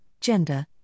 gender